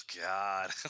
god